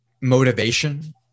motivation